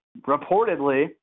reportedly